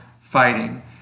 fighting